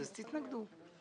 לא בעתירה, בלי עתירות.